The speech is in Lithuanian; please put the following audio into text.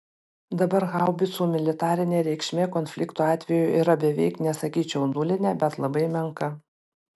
dabar haubicų militarinė reikšmė konflikto atveju yra beveik nesakyčiau nulinė bet labai menka